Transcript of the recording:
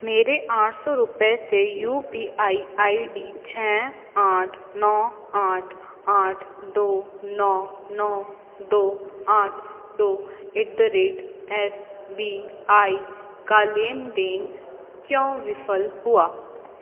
मेरे आठ सौ रुपये से U P I I I D छः आठ नौ आठ आठ दौ नौ नौ दो आठ दो at the rate S B I का लेन देन क्यों विफल हुआ